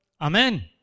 Amen